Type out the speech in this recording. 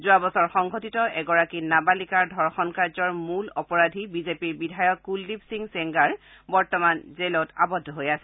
যোৱা বছৰ সংঘটিত এগৰাকী নাবালিকাৰ ধৰ্ষণ কাৰ্যৰ মূল অপৰাধী বিজেপিৰ বিধায়ক কুলদ্বীপ সিং চেংগাৰ বৰ্তমান জেলত আবদ্ধ হৈ আছে